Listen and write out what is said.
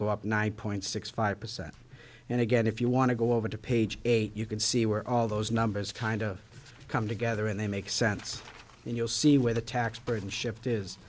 go up nine point six five percent and again if you want to go over to page eight you can see where all those numbers kind of come together and they make sense and you'll see where the tax burden shift is